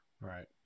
Right